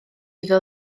iddo